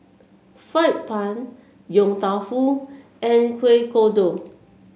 fried bun Yong Tau Foo and Kuih Kodok